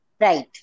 Right